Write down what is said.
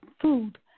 food